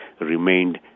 remained